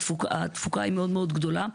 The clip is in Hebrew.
התפוקה מאוד מאוד גדולה,